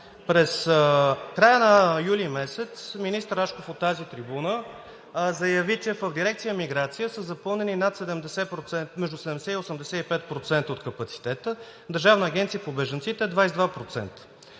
В края на месец юли министър Рашков от тази трибуна заяви, че в Дирекция „Миграция“ са запълнени между 70 и 85% от капацитета, а Държавната агенция по бежанците – 22%.